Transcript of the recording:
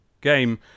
game